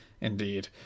Indeed